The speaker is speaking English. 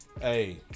Hey